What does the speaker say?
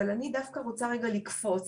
אבל אני רוצה רגע לקפוץ.